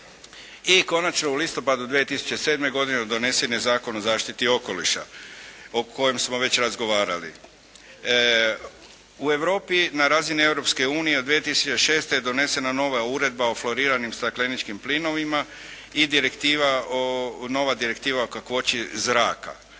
I konačno, u listopadu 2007. godine donesen je Zakon o zaštiti okoliša o kojem smo već razgovarali. U Europi na razini Europske unije od 2006. je donesena nova Uredba o floriranim stakleničkim plinovima i direktiva, nova direktiva o kakvoći zraka